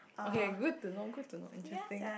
okay good to know good to know interesting